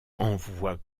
envoi